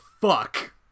fuck